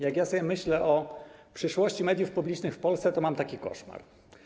Jak myślę sobie o przyszłości mediów publicznych w Polsce, to mam taki koszmar.